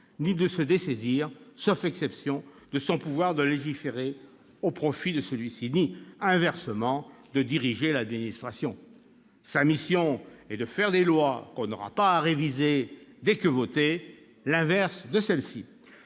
ni de se dessaisir, sauf exception, de son pouvoir de légiférer au profit de celui-ci, ni, inversement, de diriger l'administration. Sa mission est de faire des lois qu'on n'aura pas à réviser dès que votées- à l'inverse de celle-ci.